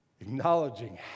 Acknowledging